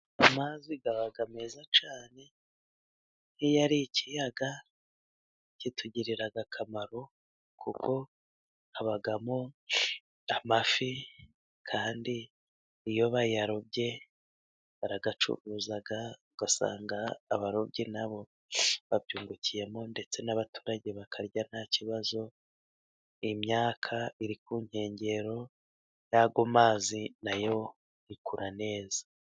Amazi aba meza cyane nk'iyo ari ikiyaga kitugirira akamaro kuko habamo amafi, kandi iyo bayarobye barayacuruza ugasanga abarobyi n'abo babyungukiyemo, ndetse n'abaturage bakarya nta kibazo. Imyaka iri ku nkengero z'ayo mazi nayo ikura neza.